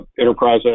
Enterprise